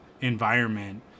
environment